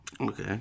Okay